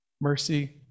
mercy